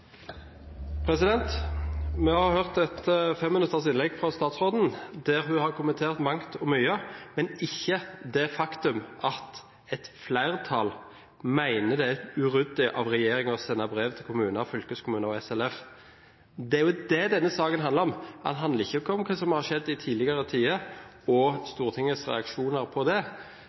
Vi har hørt et 5-minuttersinnlegg fra statsråden der hun har kommentert mangt og mye, men ikke det faktum at et flertall mener det er uryddig av regjeringen å sende brev til kommuner, fylkeskommuner og SLF. Det er jo det denne saken handler om. Det handler ikke om hva som har skjedd i tidligere tider, og Stortingets reaksjoner på det.